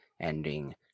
ending